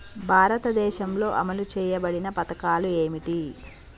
భారతదేశంలో అమలు చేయబడిన పథకాలు ఏమిటి?